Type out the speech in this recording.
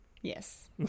Yes